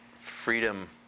freedom